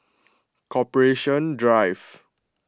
Corporation Drive